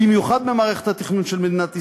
במיוחד במערכת התכנון של מדינת ישראל,